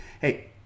Hey